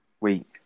Wait